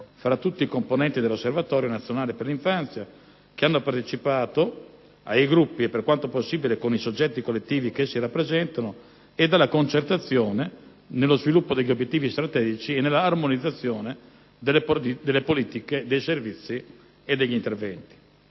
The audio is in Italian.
tra tutti i componenti dell'Osservatorio nazionale per l'infanzia che hanno partecipato ai gruppi e, per quanto possibile, con i soggetti collettivi che essi rappresentano e dalla concertazione nello sviluppo degli obiettivi strategici e nella armonizzazione delle politiche, dei servizi e degli interventi.